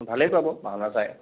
ভালেই পাব ভাওনা চাই